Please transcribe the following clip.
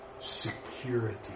Security